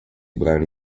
brani